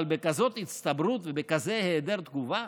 אבל בכזאת הצטברות ובכזה היעדר תגובה?